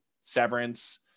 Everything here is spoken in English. severance